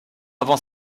avant